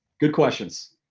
good questions!